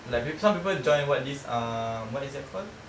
like some people join what this err what is that called